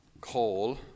call